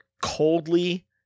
coldly